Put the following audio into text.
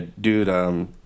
dude